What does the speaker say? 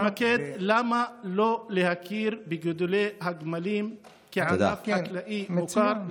אז בוא נתמקד: למה לא להכיר בגידול הגמלים כענף חקלאי מוכר,